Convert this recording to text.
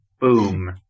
Boom